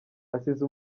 asize